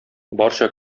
барча